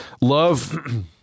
Love